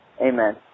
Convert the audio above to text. Amen